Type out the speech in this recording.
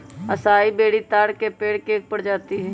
असाई berry ताड़ के पेड़ के एक प्रजाति हई